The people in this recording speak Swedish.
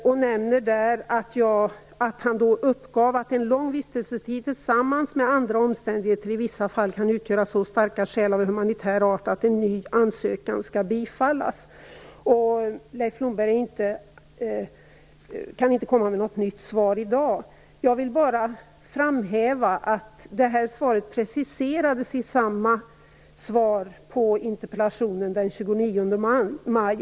Han nämner att han då uppgav att en lång vistelsetid tillsammans med andra omständigheter i vissa fall kan utgöra så starka skäl av humanitär art att en ny ansökan skall bifallas. Leif Blomberg säger att han inte kan komma med något nytt svar i dag. Jag vill bara framhålla att det här svaret preciserades i svaret på interpellationen den 29 maj.